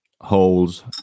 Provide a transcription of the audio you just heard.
holes